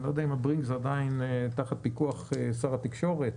אני לא יודע אם הברינקס עדיין תחת פיקוח שר התקשורת.